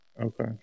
Okay